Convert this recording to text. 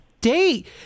date